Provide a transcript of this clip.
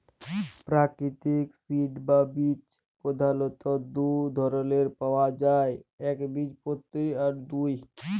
পেরাকিতিক সিড বা বীজ পধালত দু ধরলের পাউয়া যায় একবীজপত্রী আর দু